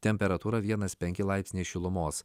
temperatūra vienas penki laipsniai šilumos